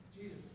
Jesus